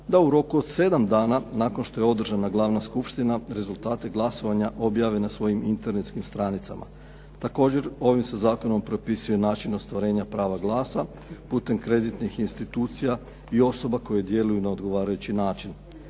da u roku od sedam dana nakon što je održana glavna skupština rezultate glasovanja objave na svojim internetskim stranicama. Također, ovim se zakonom propisuje način ostvarenja prava glasa putem kreditnih institucija i osoba koje djeluju na odgovarajući način.